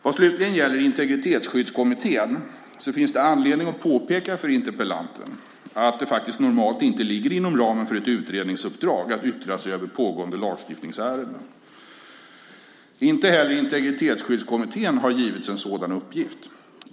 Vad slutligen gäller Integritetsskyddskommittén finns det anledning att påpeka för interpellanten att det faktiskt normalt inte ligger inom ramen för ett utredningsuppdrag att yttra sig över pågående lagstiftningsärenden. Inte heller Integritetsskyddskommittén har givits en sådan uppgift.